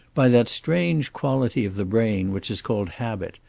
by that strange quality of the brain which is called habit,